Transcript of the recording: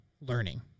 learning